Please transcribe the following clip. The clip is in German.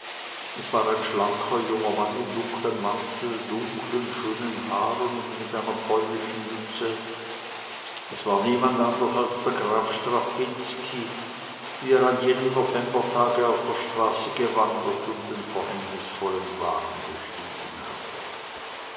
es war ein schlanker junger mann in dunklem mantel dunklen schönen haaren und mit einer polnischen mütze es war niemand anders als der graf strapinski wie er an jenem novembertage auf der straße gewandert und den verhängnisvollen wagen bestiegen hatte